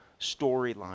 storyline